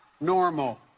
normal